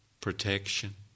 protection